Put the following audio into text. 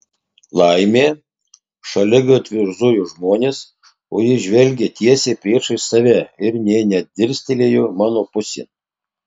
laimė šaligatviu zujo žmonės o jis žvelgė tiesiai priešais save ir nė nedirstelėjo mano pusėn